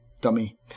dummy